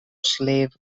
slave